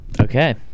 Okay